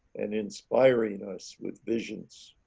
and inspiring us with visions.